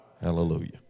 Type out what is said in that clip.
Hallelujah